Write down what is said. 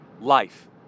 life